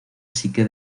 psique